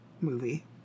movie